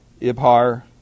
Ibhar